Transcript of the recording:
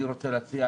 אני רוצה להציע,